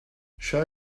show